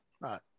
Right